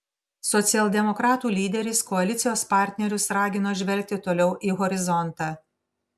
socialdemokratų lyderis koalicijos partnerius ragino žvelgti toliau į horizontą